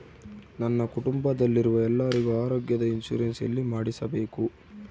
ನನ್ನ ಕುಟುಂಬದಲ್ಲಿರುವ ಎಲ್ಲರಿಗೂ ಆರೋಗ್ಯದ ಇನ್ಶೂರೆನ್ಸ್ ಎಲ್ಲಿ ಮಾಡಿಸಬೇಕು?